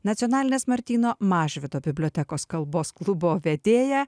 nacionalinės martyno mažvydo bibliotekos kalbos klubo vedėja